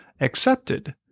accepted